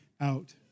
out